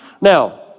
Now